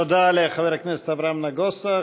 תודה לחבר הכנסת אברהם נגוסה.